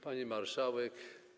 Pani Marszałek!